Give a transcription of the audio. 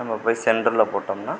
நம்ம போய் சென்டரில் போட்டோம்னால்